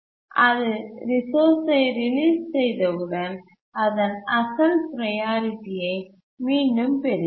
அது ரிசோர்ஸ் ஐ ரிலீஸ் செய்தவுடன் அதன் அசல் ப்ரையாரிட்டி ஐ மீண்டும் பெறுகிறது